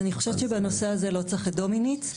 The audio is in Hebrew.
אני חושבת שבנושא הזה לא צריך את דומיניץ.